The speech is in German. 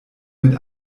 mit